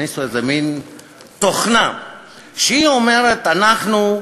הכניסו איזה מין תוכנה שאומרת: אנחנו,